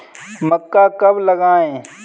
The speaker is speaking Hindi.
मक्का कब लगाएँ?